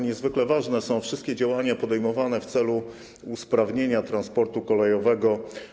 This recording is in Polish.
Niezwykle ważne są wszystkie działania podejmowane w celu usprawnienia transportu kolejowego.